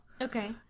Okay